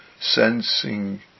Sensing